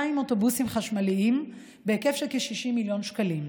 אוטובוסים חשמליים בהיקף של כ-60 מיליוני שקלים.